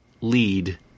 lead